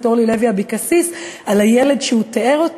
אורלי לוי אבקסיס על הילד שהוא תיאר,